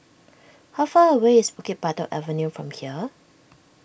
how far away is Bukit Batok Avenue from here